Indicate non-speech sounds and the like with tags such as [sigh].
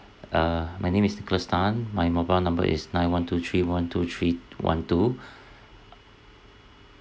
uh my name is nicholas tan my mobile number is nine one two three one two three one two [breath]